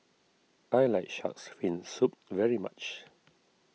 I like Shark's Fin Soup very much